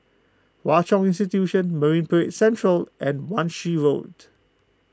Hwa Chong Institution Marine Parade Central and Wan Shih Road